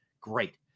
Great